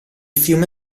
fiume